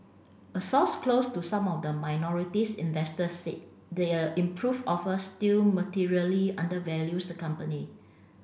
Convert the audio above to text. a source close to some of the minorities investors said the improved offer still materially undervalues the company